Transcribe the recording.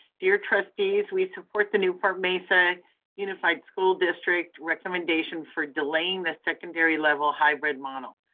dear trustees, we support the newport-mesa unified school district recommendation for delaying the secondary level hybrid model.